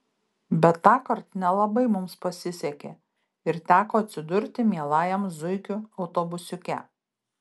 bet tąkart nelabai mums pasisekė ir teko atsidurti mielajam zuikių autobusiuke